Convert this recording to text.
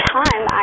time